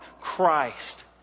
Christ